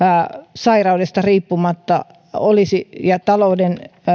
sairaudesta riippumatta ja